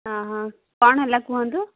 ହଁ ହଁ କ'ଣ ହେଲା କୁହନ୍ତୁ